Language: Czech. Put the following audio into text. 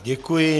Děkuji.